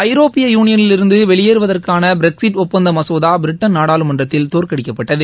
ஐரோப்பிய யூனியனிலிருந்து வெளியேறுவதற்கான பிரக்சிட் ஒப்பந்த மசோதா பிரிட்டன் நாடாளுமன்றத்தில் தோற்கடிக்கப்பட்டது